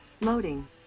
Loading